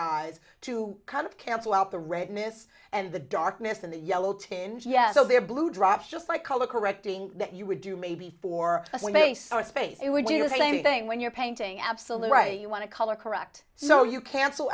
eyes to kind of cancel out the red mist and the darkness and the yellow tinge yes so they're blue drops just like color correcting that you would do maybe for when they saw a space it would do the same thing when you're painting absolute right you want to color correct so you cancel